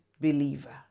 believer